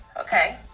Okay